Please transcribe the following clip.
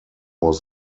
was